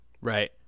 Right